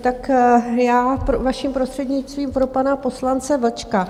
Tak já vaším prostřednictvím pro pana poslance Vlčka.